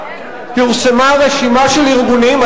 פורסמה רשימה של ארגונים.